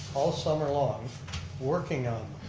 all summer long working on